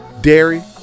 dairy